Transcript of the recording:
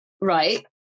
right